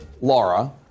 Laura